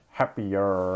happier